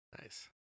Nice